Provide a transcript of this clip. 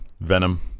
venom